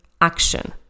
action